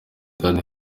kandi